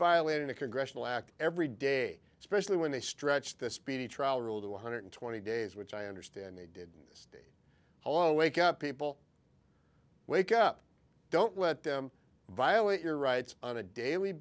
violating the congressional act every day especially when they stretch the speedy trial rule to one hundred twenty days which i understand they did all wake up people wake up don't let them violate your rights on a daily